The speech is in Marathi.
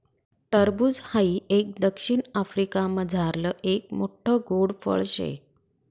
टरबूज हाई एक दक्षिण आफ्रिकामझारलं एक मोठ्ठ गोड फळ शे